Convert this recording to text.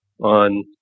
on